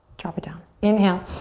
drop it down. inhale.